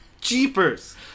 Jeepers